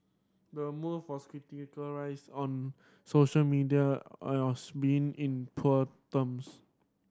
the move was on social media us being in poor terms